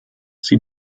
sie